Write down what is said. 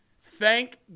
thank